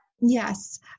Yes